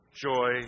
joy